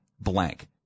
blank